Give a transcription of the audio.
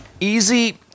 Easy